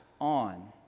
on